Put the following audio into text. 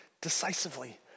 decisively